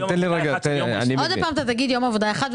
אתה שוב תגיד יום עבודה אחד,